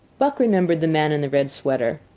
buck remembered the man in the red sweater,